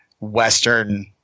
Western